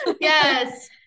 yes